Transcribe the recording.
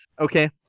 Okay